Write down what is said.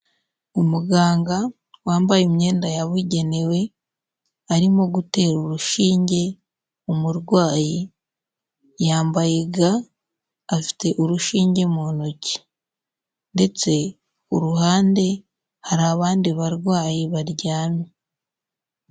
Umuganga wambaye imyenda yabugenewe arimo gutera urushinge umurwayi. Yambaye ga afite urushinge mu ntoki, ndetse uruhande hari abandi barwayi baryamye.